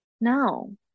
no